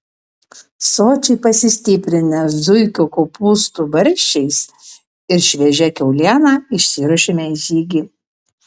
sočiai pasistiprinę zuikio kopūstų barščiais ir šviežia kiauliena išsiruošėme į žygį